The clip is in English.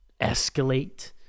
escalate